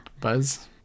Buzz